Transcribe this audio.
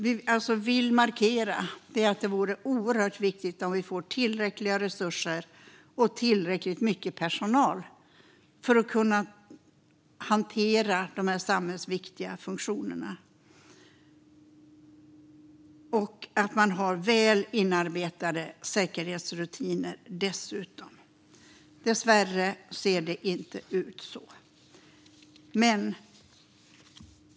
Vi vill markera att det är oerhört viktigt att få tillräckliga resurser och tillräckligt mycket personal för att kunna hantera dessa samhällsviktiga funktioner. Dessutom måste man ha väl inarbetade säkerhetsrutiner. Dessvärre ser det inte ut så.